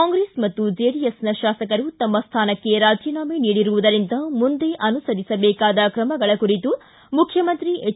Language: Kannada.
ಕಾಂಗ್ರೆಸ್ ಮತ್ತು ಜೆಡಿಎಸ್ನ ಶಾಸಕರು ತಮ್ಮ ಸ್ಥಾನಕ್ಕೆ ರಾಜೀನಾಮ ನೀಡಿರುವುದರಿಂದ ಮುಂದೆ ಅನುಸರಿಸಬೇಕಾದ ಕ್ರಮಗಳ ಕುರಿತು ಮುಖ್ಯಮಂತ್ರಿ ಎಚ್